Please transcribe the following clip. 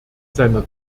seiner